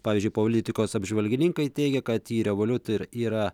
pavyzdžiui politikos apžvalgininkai teigia kad į revoliut ir yra